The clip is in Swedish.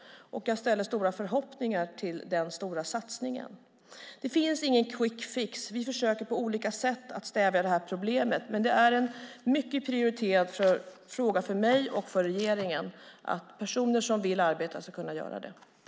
Jag ställer stora förhoppningar till den stora satsningen. Det finns ingen quick fix. Vi försöker på olika sätt att stävja det här problemet. Men det är en mycket prioriterad fråga för mig och för regeringen att personer som vill arbeta ska kunna göra det.